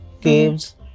caves